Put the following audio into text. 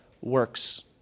works